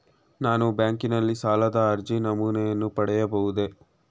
ನಾನು ಬ್ಯಾಂಕಿನಲ್ಲಿ ಸಾಲದ ಅರ್ಜಿ ನಮೂನೆಯನ್ನು ಪಡೆಯಬಹುದೇ?